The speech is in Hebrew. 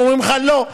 ואומרים לך: לא,